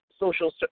social